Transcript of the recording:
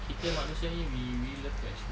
kita manusia ni we we love to explore